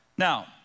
Now